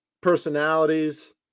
personalities